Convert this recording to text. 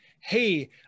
hey